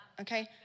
Okay